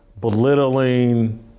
belittling